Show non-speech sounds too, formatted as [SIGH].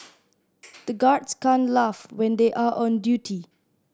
[NOISE] the guards can't laugh when they are on duty